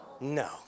No